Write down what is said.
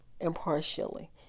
impartially